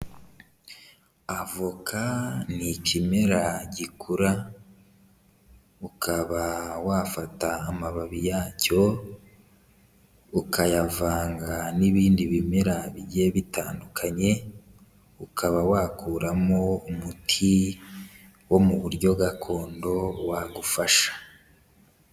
Avoka ni ikimera gikura, ukaba wafata amababi yacyo ukayavanga n'ibindi bimera bigiye bitandukanye, ukaba wakuramo umuti wo mu buryo gakondo wagufasha.